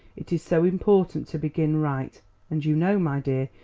it is so important to begin right and you know, my dear,